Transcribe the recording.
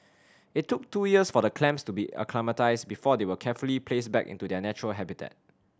it took two years for the clams to be acclimatised before they were carefully placed back into their natural habitat